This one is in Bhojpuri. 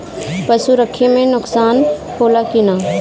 पशु रखे मे नुकसान होला कि न?